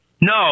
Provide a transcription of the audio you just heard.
No